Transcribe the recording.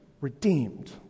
redeemed